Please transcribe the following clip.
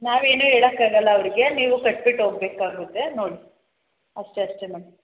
ನಾವು ಏನೂ ಹೇಳಕ್ಕಾಗಲ್ಲ ಅವರಿಗೆ ನೀವು ಕಟ್ಬಿಟ್ಟು ಹೋಗ್ಬೇಕಾಗುತ್ತೆ ನೋಡಿ ಅಷ್ಟೇ ಅಷ್ಟೇ ಮ್ಯಾಮ್